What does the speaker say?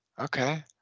Okay